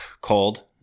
cold